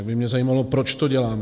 Tak by mě zajímalo, proč to děláme.